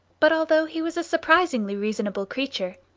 but, although he was a surprisingly reasonable creature,